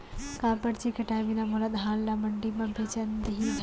का परची कटाय बिना मोला धान ल मंडी म बेचन नई धरय?